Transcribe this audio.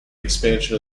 expansion